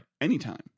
Anytime